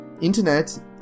Internet